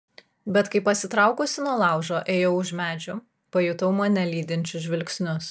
bet kai pasitraukusi nuo laužo ėjau už medžių pajutau mane lydinčius žvilgsnius